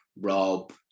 Rob